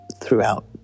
throughout